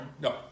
No